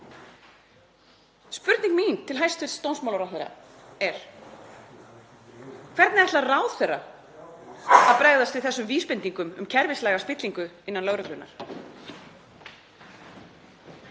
Spurning mín til hæstv. dómsmálaráðherra er: Hvernig ætlar ráðherra að bregðast við þessum vísbendingum um kerfislæga spillingu innan lögreglunnar?